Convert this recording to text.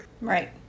Right